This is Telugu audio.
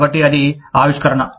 కాబట్టి అది ఆవిష్కరణ